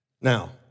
Now